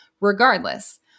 Regardless